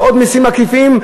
ועוד מסים עקיפים,